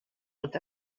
with